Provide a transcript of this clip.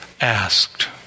asked